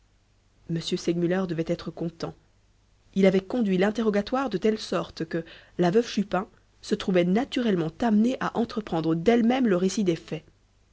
m segmuller devait être content il avait conduit l'interrogatoire de telle sorte que la veuve chupin se trouvait naturellement amenée à entreprendre d'elle-même le récit des faits